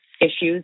issues